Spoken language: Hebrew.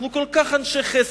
אנחנו כל כך אנשי חסד.